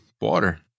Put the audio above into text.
water